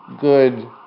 good